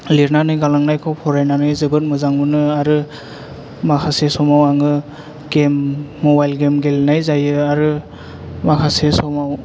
लिरनानै गालांनायखौ फरायनानै जोबोत मोजां मोनो आरो माखासे समाव आङो मबाइल गेम गेलेनाय जायो आरो माखासे समाव